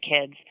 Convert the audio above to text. kids